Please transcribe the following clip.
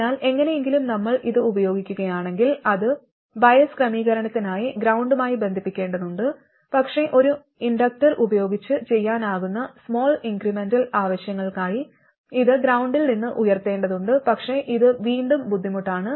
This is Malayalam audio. അതിനാൽ എങ്ങനെയെങ്കിലും നമ്മൾ ഇത് ഉപയോഗിക്കുകയാണെങ്കിൽ അത് ബയസ് ക്രമീകരണത്തിനായി ഗ്രൌണ്ടുമായി ബന്ധിപ്പിക്കേണ്ടതുണ്ട് പക്ഷേ ഒരു ഇൻഡക്റ്റർ ഉപയോഗിച്ച് ചെയ്യാനാകുന്ന സ്മാൾ ഇൻക്രെമെന്റൽ ആവശ്യങ്ങൾക്കായി ഇത് ഗ്രൌണ്ടിൽ നിന്ന് ഉയർത്തേണ്ടതുണ്ട് പക്ഷേ ഇത് വീണ്ടും ബുദ്ധിമുട്ടാണ്